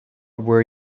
were